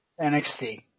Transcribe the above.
NXT